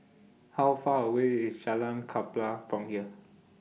How Far away IS Jalan Klapa from here